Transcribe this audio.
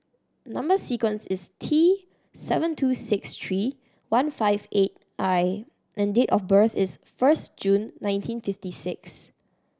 number sequence is T seven two six three one five eight I and date of birth is first June nineteen fifty six